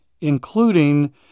including